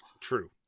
True